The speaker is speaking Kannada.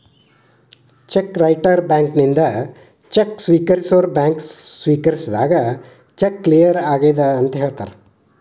ಚೆಕ್ ರೈಟರ್ ಬ್ಯಾಂಕಿನಿಂದ ಚೆಕ್ ಸ್ವೇಕರಿಸೋರ್ ಬ್ಯಾಂಕ್ ಸ್ವೇಕರಿಸಿದಾಗ ಚೆಕ್ ಕ್ಲಿಯರ್ ಆಗೆದಂತ ಹೇಳ್ತಾರ